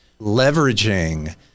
leveraging